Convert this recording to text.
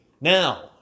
Now